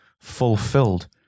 fulfilled